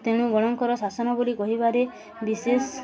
ତେଣୁ ଗଣଙ୍କର ଶାସନ ବୋଲି କହିବାରେ ବିଶେଷ